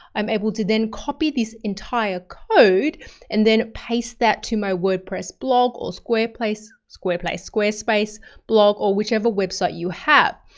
i'm able to then copy this entire code and then paste that to my wordpress blog or squareplace, squareplace, squarespace blog or whichever website you have.